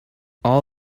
all